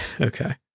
Okay